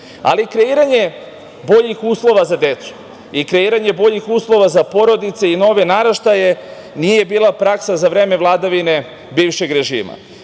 Ali kreiranje boljih uslova za decu i kreiranje boljih uslova za porodice i nove naraštaje nije bila praksa za vreme vladavine bivšeg režima. Da